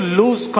lose